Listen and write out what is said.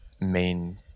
main